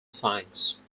science